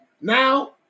now